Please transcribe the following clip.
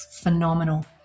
phenomenal